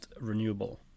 renewable